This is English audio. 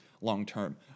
long-term